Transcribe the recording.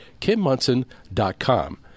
kimmunson.com